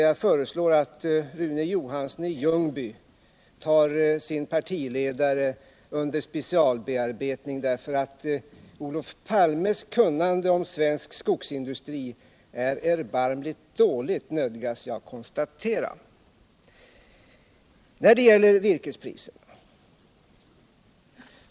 Jag föreslår då att Rune Johansson i Ljungby tar sin partiledare under specialbearbetning, därför att Olof Palmes kunnande om svensk skogsindustri, nödgas jag konstatera, är erbarmligt dåligt.